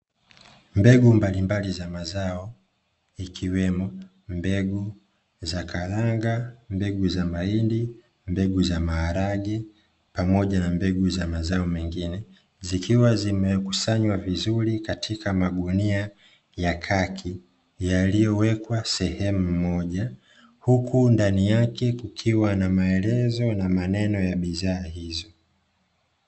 Mbegu mbalimbali za mazao ikiwemo mbegu za karanga, mbegu za mahindi, mbegu za maharage pamoja na mbegu za mazao mengine zikiwa zimekusanywa vizuri katika magunia ya kaki yaliyowekwa sehemu moja huku ndani yake kukiwa na maelezo na maneno ya bidhaa hizo.